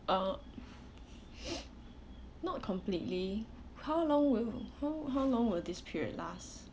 uh not completely how long will how how long will this period last